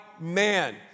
man